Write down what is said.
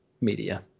media